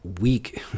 weak